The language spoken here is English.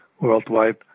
worldwide